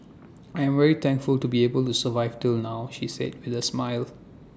I am very thankful to be able to survive till now she said with A smile